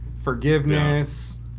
Forgiveness